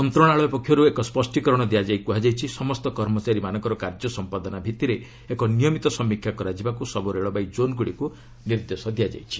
ମନ୍ତ୍ରଣାଳୟ ପକ୍ଷରୁ ଏକ ସ୍ୱଷ୍ଠୀକରଣ ଦିଆଯାଇ କୁହାଯାଇଛି ସମସ୍ତ କର୍ମଚାରୀମାନଙ୍କର କାର୍ଯ୍ୟ ସମ୍ପାଦନା ଭିତ୍ତିରେ ଏକ ନିୟମିତ ସମୀକ୍ଷା କରାଯିବାକୁ ସବୁ ରେଳବାଇ ଜୋନ୍ଗୁଡ଼ିକୁ ନିର୍ଦ୍ଦେଶ ଦିଆଯାଇଛି